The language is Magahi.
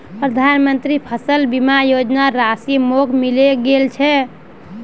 प्रधानमंत्री फसल बीमा योजनार राशि मोक मिले गेल छै